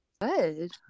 Good